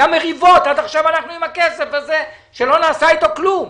היו מריבות ועד עכשיו אנחנו עם הכסף הזה של נעשה אתו כלום.